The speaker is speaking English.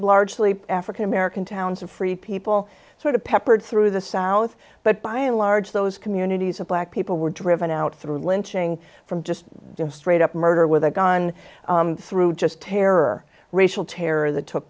largely african american towns and free people sort of peppered through the south but by and large those communities of black people were driven out through lynching from just straight up murder with a gun through just terror racial terror that took